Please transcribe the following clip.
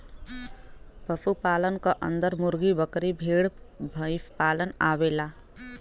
पशु पालन क अन्दर मुर्गी, बकरी, भेड़, भईसपालन आवेला